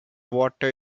water